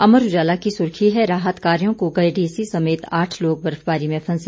अमर उजाला की सुर्खी है राहत कार्यों को गए डीसी समेत आठ लोग बर्फबारी में फंसे